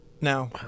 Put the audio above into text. No